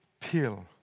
pill